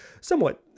somewhat